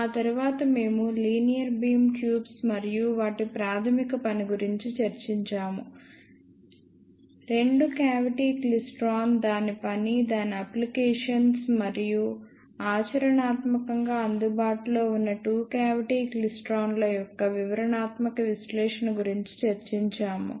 ఆ తరువాత మేము లీనియర్ బీమ్ ట్యూబ్స్ మరియు వాటి ప్రాథమిక పని గురించి చర్చించాము రెండు క్యావిటీ క్లైస్ట్రాన్ దాని పని దాని అప్లికేషన్స్ మరియు ఆచరణాత్మకంగా అందుబాటులో ఉన్న రెండు క్యావిటీ క్లైస్ట్రాన్ల యొక్క వివరణాత్మక విశ్లేషణ గురించి చర్చించాము